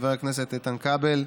חבר הכנסת איתן כבל,